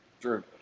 True